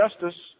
justice